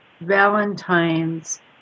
Valentine's